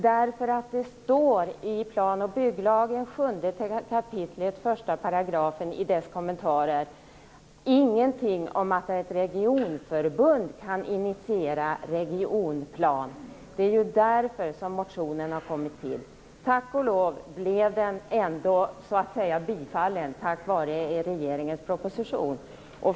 Det står nämligen i kommentaren till 7 kap. 1 § i plan och bygglagen ingenting om att ett regionförbund kan initiera en regionplan. Det är därför motionen har kommit till. Tack och lov blev den så att säga ändå bifallen i och med regeringens proposition.